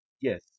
Yes